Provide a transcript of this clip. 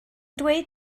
dweud